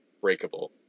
breakable